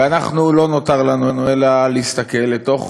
ואנחנו, לא נותר לנו אלא להסתכל לתוך